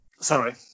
sorry